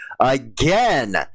again